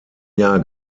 jahr